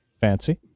Fancy